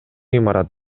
имарат